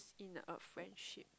in a friendship